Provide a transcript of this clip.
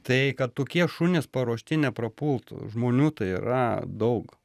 tai kad tokie šunys paruošti neprapultų žmonių tai yra daug